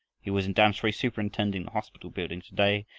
he was in tamsui superintending the hospital building to-day,